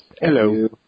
Hello